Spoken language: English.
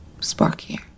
sparkier